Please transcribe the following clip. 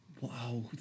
Wow